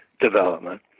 development